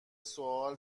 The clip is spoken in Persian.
سؤال